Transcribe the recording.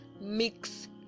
mix